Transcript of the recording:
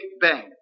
Bang